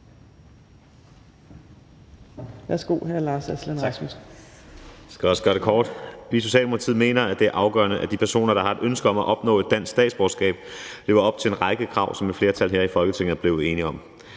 Værsgo, hr. Lars Aslan Rasmussen.